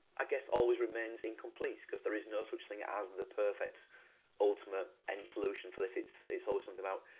i guess, always remains incomplete because there is no such thing as and the perfect ultimate end solution for this, it's, it's always something about,